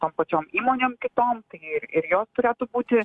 tom pačiom įmonėm kitom tai ir ir jos turėtų būti